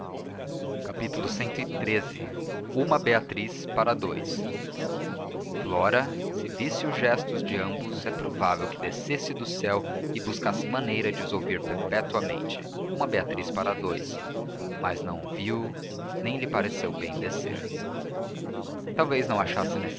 de paulo cxiii uma beatriz para dous flora se visse os gestos de ambos é provável que descesse do céu e buscasse maneira de os ouvir perpetuamente uma beatriz para dous mas não viu ou não lhe pareceu bem descer talvez não achasse